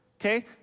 Okay